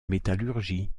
métallurgie